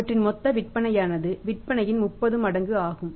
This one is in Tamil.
அவற்றின் மொத்த விற்பனையானது விற்பனையின் 30 மடங்கு ஆகும்